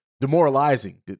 demoralizing